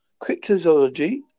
cryptozoology